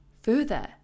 further